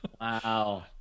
wow